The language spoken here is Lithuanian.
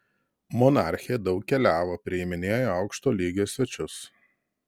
monarchė daug keliavo priiminėjo aukšto lygio svečius